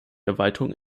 erweiterung